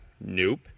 Nope